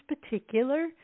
particular